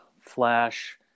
flash